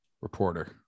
reporter